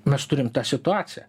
mes turim tą situaciją